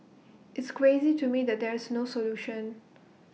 it's crazy to me that there's no solution